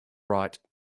right